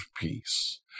peace